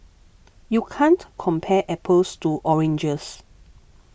you can't compare apples to oranges